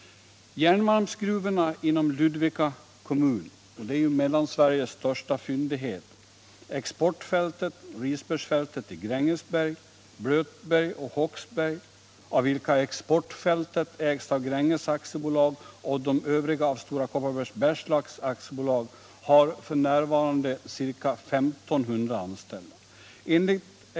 Järnmalmsgruvorna inom Ludvika kommun, exportfältet och Risbergsfältet i Grängesberg, Blötberg och Håksberg — exportfältet ägs av Gränges AB och de övriga av Stora Kopparbergs Bergslags AB — har f.n. ca 1 500 anställda. Detta är Mellansveriges största fyndighet.